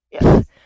yes